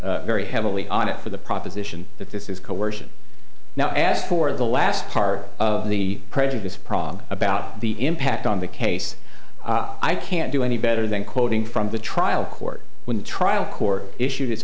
very heavily on it for the proposition that this is coercion now asked for the last part of the prejudice prog about the impact on the case i can't do any better than quoting from the trial court when the trial court issued it